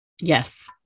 Yes